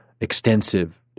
extensive